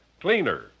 cleaner